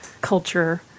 culture